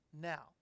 now